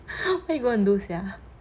what you gonna do sia